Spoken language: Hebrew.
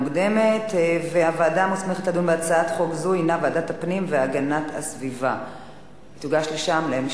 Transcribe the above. לדיון מוקדם בוועדת הפנים והגנת הסביבה נתקבלה.